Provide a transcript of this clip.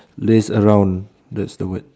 laze around that's the word